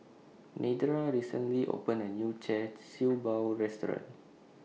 Nedra recently opened A New Char Siew Bao Restaurant